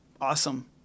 awesome